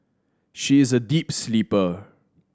she is a deep sleeper